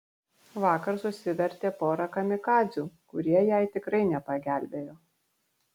vakar susivertė porą kamikadzių kurie jai tikrai nepagelbėjo